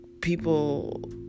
people